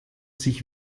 sich